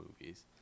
movies